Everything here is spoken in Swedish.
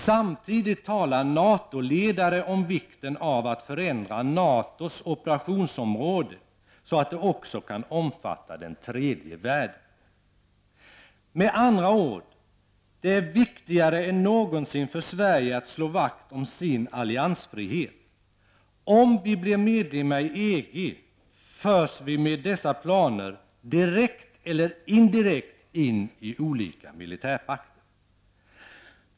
Samtidigt talar NATO-ledare om vikten av att förändra NATOs operationsområde, så att det också kan omfatta den tredje världen. Med andra ord: Det är viktigare än någonsin för Sverige att slå vakt om sin alliansfrihet. Om vi blir medlemmar i EG förs vi med dessa planer -- direkt eller indirekt -- in i olika militärpakter.